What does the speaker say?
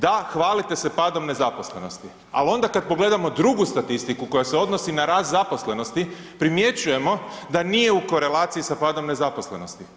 Da, hvalite se padom nezaposlenosti, ali onda kad pogledamo drugu statistiku koja se odnosi na rast zaposlenosti, primjećujemo da nije u korelaciji sa padom nezaposlenosti.